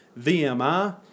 VMI